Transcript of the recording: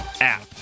app